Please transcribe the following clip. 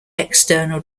external